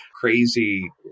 crazy